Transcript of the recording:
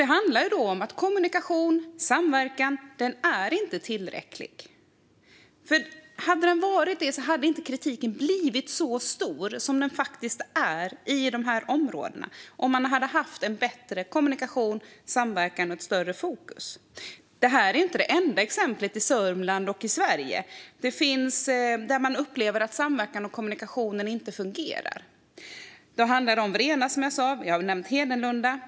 Det handlar om att kommunikationen och samverkan inte är tillräcklig, för kritiken hade inte blivit så stark som den faktiskt är i dessa områden om man hade haft bättre kommunikation och samverkan och ett större fokus. Detta är inte det enda exemplet i Sörmland och Sverige där man upplever att samverkan och kommunikationen inte fungerar. Det handlar om Vrena, som jag sa, och jag har nämnt Hedenlunda.